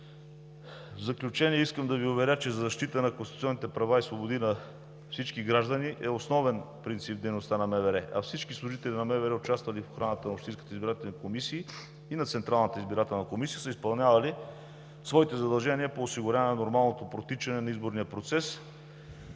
В заключение, искам да Ви уверя, че защитата на конституционните права и свободи на всички граждани е основен принцип в дейността на МВР, а всички служители на МВР, участвали в охраната на общинските избирателни комисии и на Централната избирателна комисия, са изпълнявали своите задължения по осигуряване на нормалното протичане на изборния процес